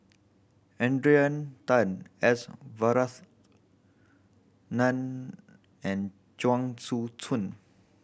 Adrian Tan S and Chuang Tsuan